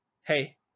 hey